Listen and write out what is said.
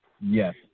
Yes